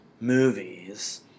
movies